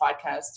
podcast